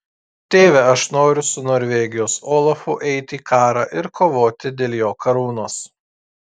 tėve aš noriu su norvegijos olafu eiti į karą ir kovoti dėl jo karūnos